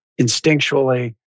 instinctually